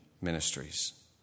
ministries